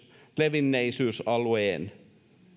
levinneisyysalueen